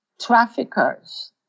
traffickers